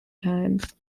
times